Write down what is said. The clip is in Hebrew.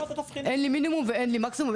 אין לי מינימום ואין לי מקסימום,